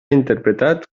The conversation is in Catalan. interpretat